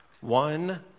One